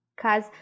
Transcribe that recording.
Cause